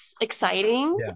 exciting